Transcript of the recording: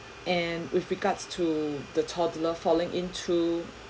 and with regards to the toddler falling into